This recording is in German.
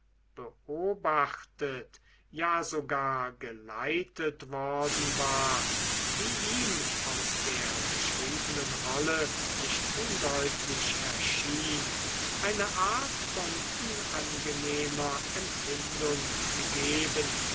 beobachtet ja sogar geleitet worden war wie ihm aus der geschriebenen rolle nicht undeutlich erschien einer art von unangenehmer empfindung gegeben